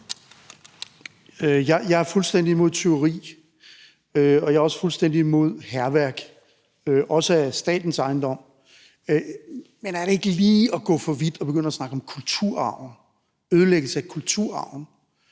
Jeg er fuldstændig imod tyveri, og jeg er også fuldstændig imod hærværk, også af statens ejendom. Men er det ikke lige at gå for vidt at begynde at snakke om ødelæggelse af kulturarven?